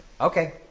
Okay